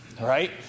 right